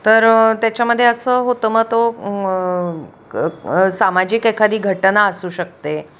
तर त्याच्यामध्ये असं होतं मग तो सामाजिक एखादी घटना असू शकते